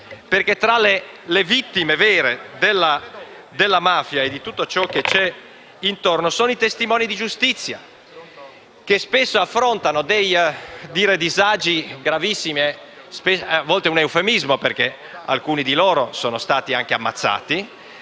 perché, tra le vittime vere della mafia e di tutto ciò che gravita intorno, ci sono i testimoni di giustizia che spesso affrontano disagi gravissimi - il che a volte è un eufemismo, perché alcuni di essi sono stati anche ammazzati